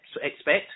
expect